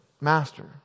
Master